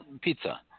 Pizza